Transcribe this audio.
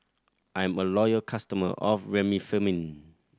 I'm a loyal customer of Remifemin